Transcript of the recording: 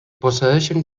posseeixen